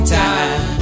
time